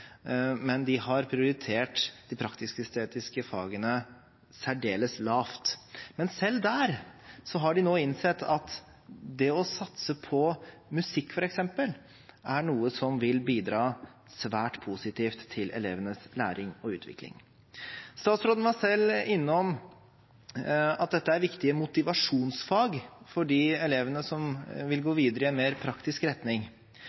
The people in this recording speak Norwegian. men de har prioritert de praktisk-estetiske fagene særdeles lavt. Men selv der har de nå innsett at det å satse på musikk, f.eks., er noe som vil bidra svært positivt til elevenes læring og utvikling. Statsråden var selv innom at dette er viktige motivasjonsfag for de elevene som vil gå videre i en mer praktisk retning.